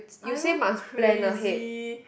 are you crazy